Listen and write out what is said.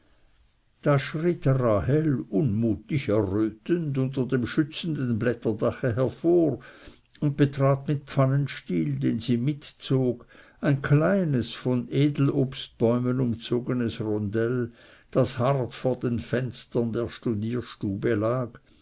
schritt rahel unmutig errötend unter dem schützenden blätterdache hervor und betrat mit pfannenstiel den sie mitzog ein kleines von edelobstbäumen umzogenes rondell das hart vor den fenstern der studierstube lag